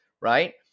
right